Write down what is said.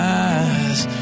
eyes